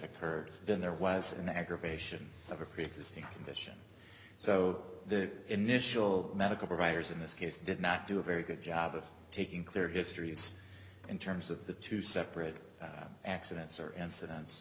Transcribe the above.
occurred then there was an aggravation of a preexisting condition so the initial medical providers in this case did not do a very good job of taking clear histories in terms of the two separate accidents or incidents